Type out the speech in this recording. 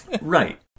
Right